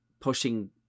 pushing